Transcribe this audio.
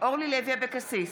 אורלי לוי אבקסיס,